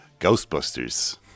Ghostbusters